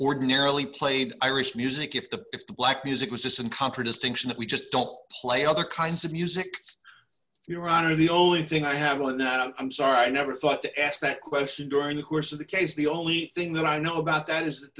ordinarily played irish music if the if the black music was this in contradistinction that we just don't play other kinds of music your honor the only thing i have really not i'm sorry i never thought to ask that question during the course of the case the only thing that i know about that is that